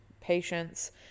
patience